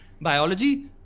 biology